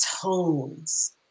tones